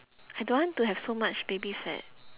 I don't want to have so much baby fat